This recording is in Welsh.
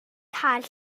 cael